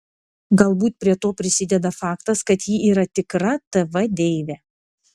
galbūt prie to prisideda faktas kad ji yra tikra tv deivė